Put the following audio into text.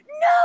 no